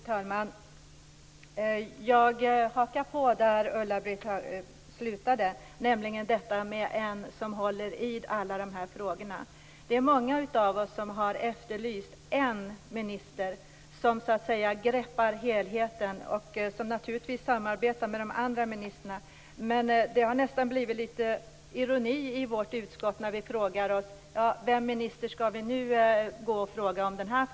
Fru talman! Jag hakar på där Ulla-Britt slutade, nämligen vem som håller i alla de här frågorna. Många av oss har efterlyst en minister som greppar helheten men som naturligtvis samarbetar med de andra ministrarna. Det har nästan blivit så att vi i vårt utskott ironiskt frågar oss: Vilken minister skall vi nu gå och fråga om detta?